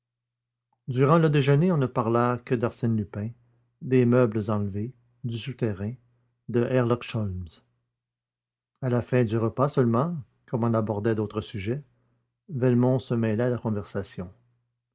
durant le déjeuner on ne parla que d'arsène lupin des meubles enlevés du souterrain de herlock sholmès à la fin du repas seulement comme on abordait d'autres sujets velmont se mêla à la conversation